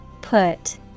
Put